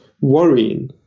worrying